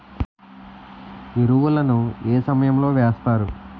ఎరువుల ను ఏ సమయం లో వేస్తారు?